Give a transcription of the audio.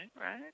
right